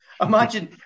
imagine